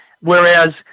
Whereas